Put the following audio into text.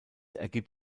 ergibt